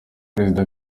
perezida